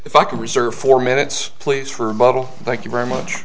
if i can reserve four minutes please for mobile thank you very much